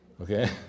Okay